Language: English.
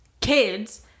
kids